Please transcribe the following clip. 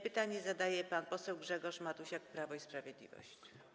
Pytanie zadaje pan poseł Grzegorz Matusiak, Prawo i Sprawiedliwość.